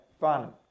fun